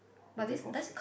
is that counts